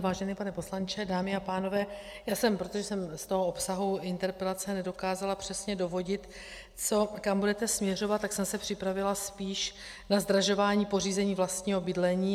Vážený pane poslanče, dámy a pánové, protože jsem z toho obsahu interpelace nedokázala přesně dovodit, co a kam budete směřovat, tak jsem se připravila spíš na zdražování pořízení vlastního bydlení.